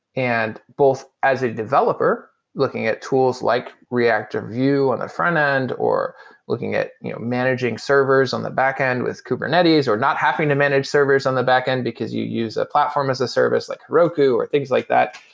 and both as a developer looking at tools, like react or vue on the front-end, or looking at managing servers on the back-end with kubernetes, or not having to manage servers on the back-end because you use a platform as a service like heroku or things like that,